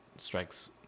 strikes